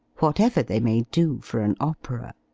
whatever they may do for an opera!